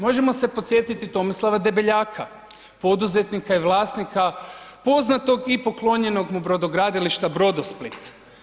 Možemo se podsjetiti Tomislava Debeljaka, poduzetnika i vlasnika poznatog i poklonjenog mu brodogradilišta Brodosplit.